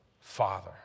father